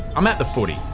i'm at the footy.